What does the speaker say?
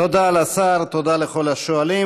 תודה לשר, תודה לכל השואלים.